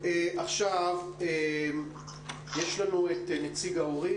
אני יושב-ראש משותף של ועד הורי הגנים הארצי בהנהגת ההורים